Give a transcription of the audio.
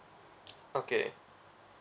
okay